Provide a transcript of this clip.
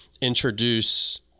introduce